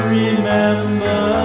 remember